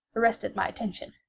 arrested my attention.